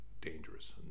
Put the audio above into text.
dangerous